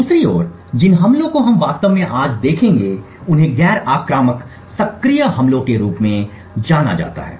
दूसरी ओर जिन हमलों को हम वास्तव में आज देखेंगे उन्हें गैर आक्रामक सक्रिय हमलों के रूप में जाना जाता है